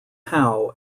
howe